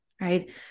right